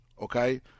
Okay